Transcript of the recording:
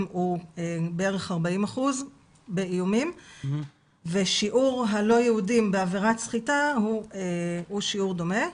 הוא בערך 40% באיומים ושיעור הלא יהודים בעבירת סחיטה הוא שיעור דומה,